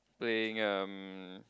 playing um